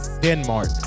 Denmark